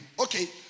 Okay